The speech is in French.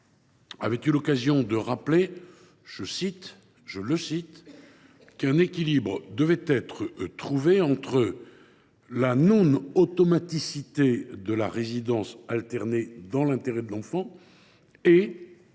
avait eu l’occasion de rappeler « qu’un équilibre devait être trouvé entre la non automaticité de la résidence alternée, dans l’intérêt de l’enfant, et